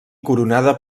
coronada